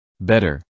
better